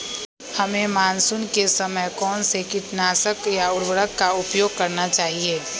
हमें मानसून के समय कौन से किटनाशक या उर्वरक का उपयोग करना चाहिए?